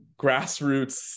grassroots